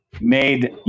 made